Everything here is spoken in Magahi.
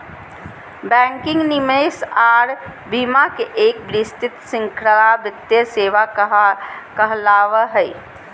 बैंकिंग, निवेश आर बीमा के एक विस्तृत श्रृंखला वित्तीय सेवा कहलावय हय